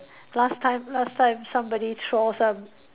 last time last time somebody throw some